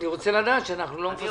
אני רוצה לדעת שאנחנו לא מפספסים,